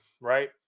right